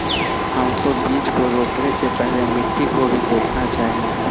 हमको बीज को रोपने से पहले मिट्टी को भी देखना चाहिए?